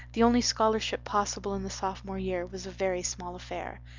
the only scholarship possible in the sophomore year was a very small affair.